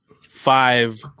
five